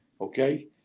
okay